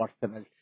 personal